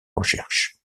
recherche